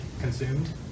consumed